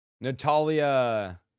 Natalia